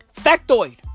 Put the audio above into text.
Factoid